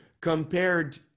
compared